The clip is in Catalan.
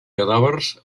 cadàvers